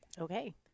Okay